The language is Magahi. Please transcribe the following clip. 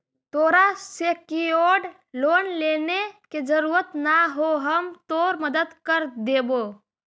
तोरा सेक्योर्ड लोन लेने के जरूरत न हो, हम तोर मदद कर देबो